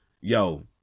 yo